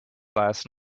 last